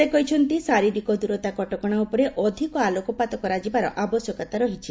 ସେ କହିଛନ୍ତି ଶାରୀରିକ ଦୂରତା କଟକଣା ଉପରେ ଅଧିକ ଆଲୋକପାତ କରାଯିବାର ଆବଶ୍ୟକତା ରହିଛି